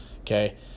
okay